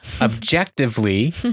objectively